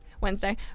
Wednesday